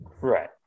Right